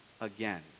again